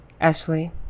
Ashley